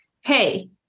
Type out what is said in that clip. hey